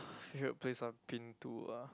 favourite place I've been to ah